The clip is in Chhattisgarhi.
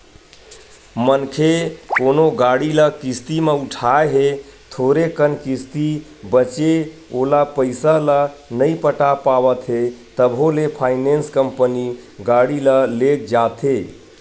मनखे कोनो गाड़ी ल किस्ती म उठाय हे थोरे कन किस्ती बचें ओहा पइसा ल नइ पटा पावत हे तभो ले फायनेंस कंपनी गाड़ी ल लेग जाथे